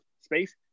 space